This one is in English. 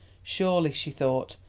surely, she thought,